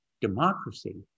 democracy